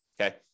okay